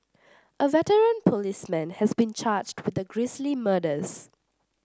a veteran policeman has been charged with the grisly murders